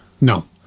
No